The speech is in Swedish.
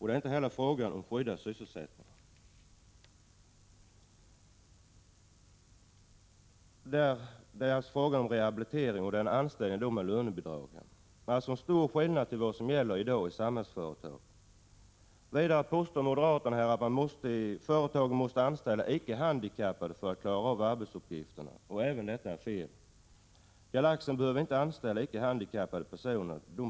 Det är inte heller fråga om skyddad sysselsättning, utan det gäller rehabilitering och anställning med lönebidrag. Det är alltså stor skillnad mot vad som gäller i Samhällsföretag. Vidare påstår moderaterna att företagen måste anställa icke handikappade för att klara av arbetsuppgifterna. Även detta är fel. Galaxen behöver inte anställa icke handikappade personer.